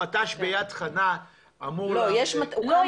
המט"ש ביד חנה אמור --- לא,